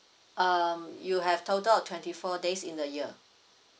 um you have total of twenty four days in a year